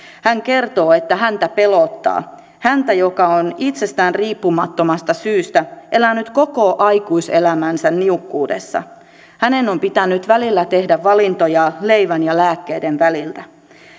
hän kertoo että häntä pelottaa häntä joka on itsestään riippumattomasta syystä elänyt koko aikuiselämänsä niukkuudessa hänen on pitänyt välillä tehdä valintoja leivän ja lääkkeiden välillä